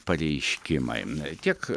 pareiškimai tiek